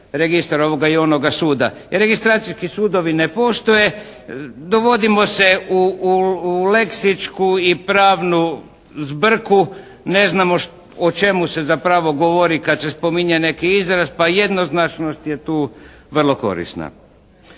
registar ovoga i onoga suda. Jer registracijski sudovi ne postoje. Dovodimo se u leksičku i pravnu zbrku. Ne znamo o čemu se zapravo govori kad se spominje neki izraz, pa jednoznačnost je tu vrlo korisna.